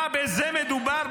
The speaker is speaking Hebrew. בזה מדובר?